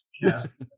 Yes